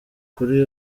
kuri